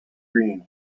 green